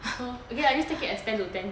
so okay lah you just take it as ten to ten